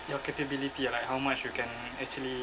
your capability like how much you can actually